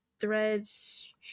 Threads